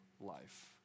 life